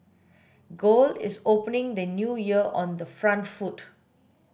gold is opening the new year on the front foot